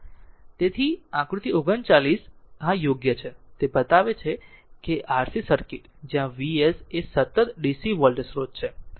તેથી આકૃતિ 39 આ આકૃતિ 39 યોગ્ય છે તે બતાવે છે RC સર્કિટ જ્યાં v s એ સતત DC વોલ્ટેજ સ્રોત છે